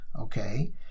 Okay